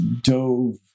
dove